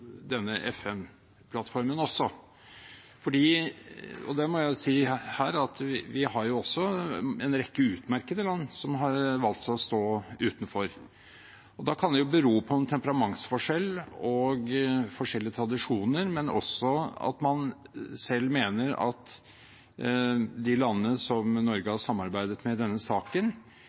denne FN-plattformen, og – det må jeg si her – vi har en rekke utmerkede land som har valgt å stå utenfor. Da kan det bero på en temperamentsforskjell og forskjellige tradisjoner, men også at man mener at de landene som Norge har samarbeidet med i denne saken,